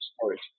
storage